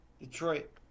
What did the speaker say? Detroit